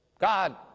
God